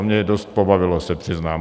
To mě dost pobavilo, se přiznám.